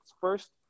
first